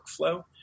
workflow